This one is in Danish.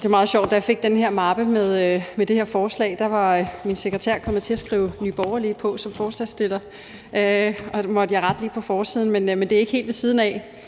da jeg fik den her mappe med det her forslag, var min sekretær kommet til at skrive Nye Borgerlige på som forslagsstiller på forsiden, så det måtte jeg lige rette. Men det er ikke helt ved siden af